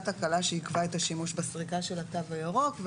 תקלה שעיכבה את השימוש בסריקה של התו הירוק.